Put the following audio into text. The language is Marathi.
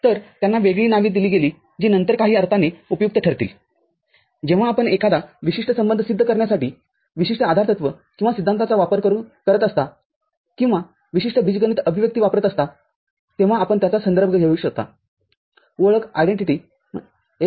तर त्यांना वेगळी नावे दिली गेली जी नंतर काही अर्थाने उपयुक्त ठरतीलजेव्हा आपण एखादा विशिष्ट संबंध सिद्ध करण्यासाठी विशिष्ट आधारतत्व किंवा सिद्धांताचा वापर करत असता किंवा विशिष्ट बीजगणित अभिव्यक्ती वापरत असता तेव्हा आपण त्याचा संदर्भ घेऊ शकता